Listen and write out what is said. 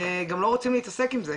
גם לא רוצים להתעסק עם זה,